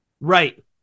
right